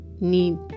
need